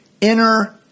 inner